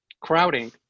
crowding